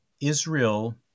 Israel